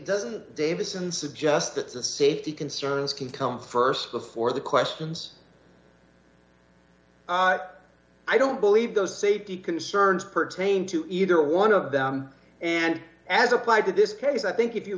doesn't davison suggest that the safety concerns can come st before the questions i don't believe those safety concerns pertain to either one of them and as applied to this case i think if you